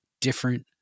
different